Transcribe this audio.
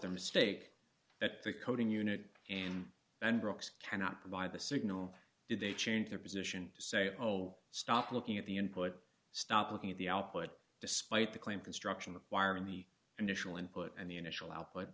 their mistake that the coding unit and and brooks cannot provide the signal did they change their position to say oh stop looking at the input stop looking at the output despite the claim construction of wiring me and initial input and the initial out